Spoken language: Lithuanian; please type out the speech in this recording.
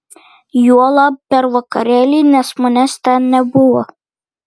juolab per vakarėlį nes manęs ten nebuvo